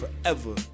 forever